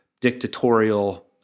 dictatorial